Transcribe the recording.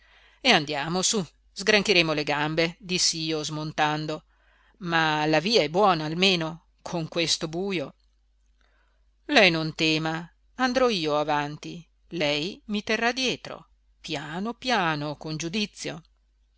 e andiamo su sgranchiremo le gambe dissi io smontando ma la via è buona almeno con questo bujo lei non tema andrò io avanti lei mi terrà dietro piano piano con giudizio